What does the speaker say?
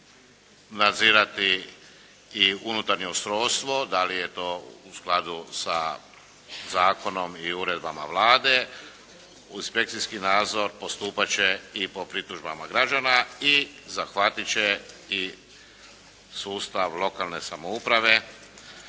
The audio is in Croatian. nadzirati i unutarnje ustrojstvo, da li je to u skladu sa zakonom i uredbama Vlade. Uz inspekcijski nadzor postupat će i po pritužbama građana i zahvatit će i sustav lokalne samouprave